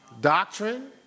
Doctrine